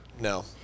No